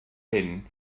hyn